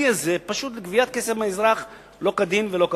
הזה פשוט לגביית כסף מהאזרח לא כדין ולא כחוק.